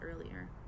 earlier